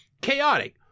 Chaotic